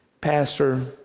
Pastor